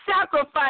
sacrifice